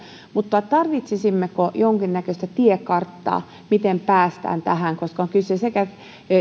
mutta tarvitsisimmeko jonkinnäköistä tiekarttaa miten päästään tähän koska on kyse sekä